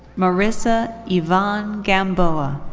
marissa yvonne gamboa.